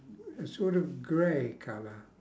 a sort of grey colour